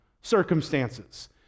circumstances